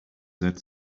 that